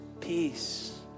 peace